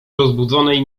rozbudzonej